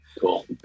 Cool